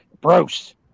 Bruce